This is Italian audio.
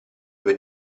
due